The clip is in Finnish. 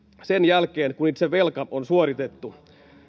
sen jälkeen kun se velka on suoritettu